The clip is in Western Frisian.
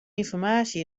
ynformaasje